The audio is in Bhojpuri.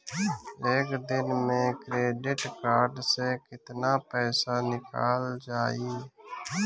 एक दिन मे क्रेडिट कार्ड से कितना पैसा निकल जाई?